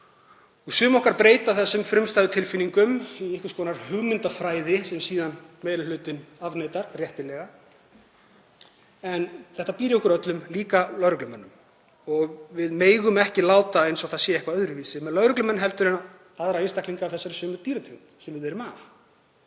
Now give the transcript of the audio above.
og sum okkar breyta þessum frumstæðu tilfinningum í einhvers konar hugmyndafræði sem meiri hlutinn afneitar síðan, réttilega. En þetta býr í okkur öllum, líka lögreglumönnum. Við megum ekki láta eins og það sé eitthvað öðruvísi með lögreglumenn en aðra einstaklinga af þessari sömu dýrategund sem við erum af.